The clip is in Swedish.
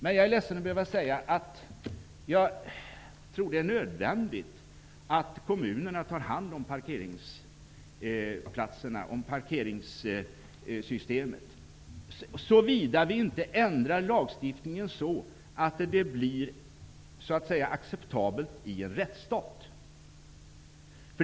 Men jag är ledsen att behöva säga att jag tror att det är nödvändigt att kommunerna tar hand om parkeringssystemet, såvida inte lagstiftningen ändras så, att systemet blir acceptabelt i en rättsstat.